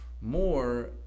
more